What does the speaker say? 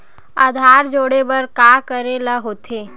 आधार जोड़े बर का करे ला होथे?